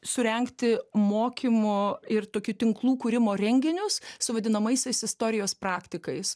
surengti mokymo ir tokių tinklų kūrimo renginius su vadinamaisiais istorijos praktikais